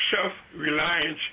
self-reliance